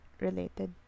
related